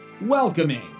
Welcoming